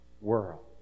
world